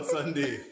Sunday